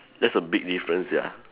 that's a big difference sia